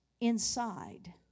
inside